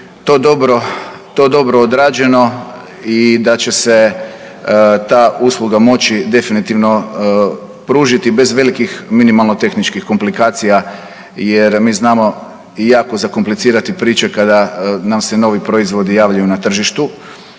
to dobro odrađeno i da će se ta usluga moći definitivno pružiti bez velikih minimalno tehničkih komplikacija jer mi znamo jako zakomplicirati priče kada nam se novi proizvodi javljaju na tržištu.